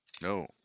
No